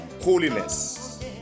holiness